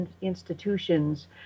institutions